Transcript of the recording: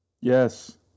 yes